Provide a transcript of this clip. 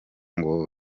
ngo